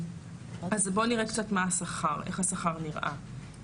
אז בוא נראה מה השכר, איך השכר נראה.